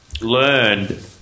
learned